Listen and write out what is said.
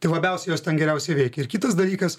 tai labiausiai jos ten geriausiai veikia ir kitas dalykas